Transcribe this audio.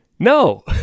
No